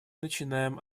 начинаем